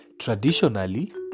Traditionally